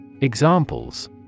Examples